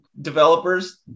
developers